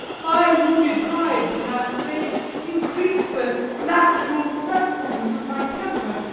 my wounded pride perhaps may increase the natural fretfulness of my temper,